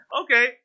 okay